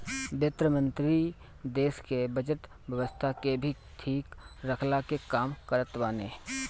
वित्त मंत्री देस के बजट व्यवस्था के भी ठीक रखला के काम करत बाने